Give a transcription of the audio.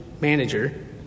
manager